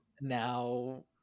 now